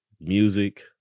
music